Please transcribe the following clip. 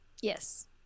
Yes